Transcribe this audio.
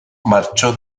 marchó